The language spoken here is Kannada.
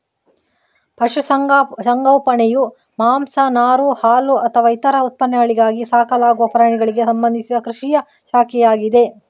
ಪಶು ಸಂಗೋಪನೆಯು ಮಾಂಸ, ನಾರು, ಹಾಲುಅಥವಾ ಇತರ ಉತ್ಪನ್ನಗಳಿಗಾಗಿ ಸಾಕಲಾಗುವ ಪ್ರಾಣಿಗಳಿಗೆ ಸಂಬಂಧಿಸಿದ ಕೃಷಿಯ ಶಾಖೆಯಾಗಿದೆ